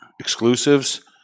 exclusives